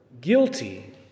guilty